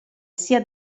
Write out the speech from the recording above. sia